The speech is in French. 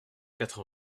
quatre